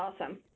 awesome